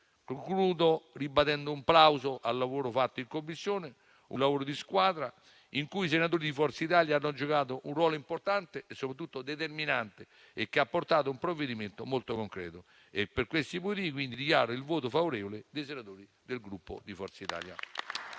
Concludo ribadendo un plauso al lavoro fatto in Commissione, un lavoro di squadra, in cui i senatori di Forza Italia hanno giocato un ruolo importante e soprattutto determinante, che ha portato a un provvedimento molto concreto. Per questi motivi, dichiaro il voto favorevole dei senatori del Gruppo Forza Italia.